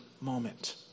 moment